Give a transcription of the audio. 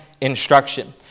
instruction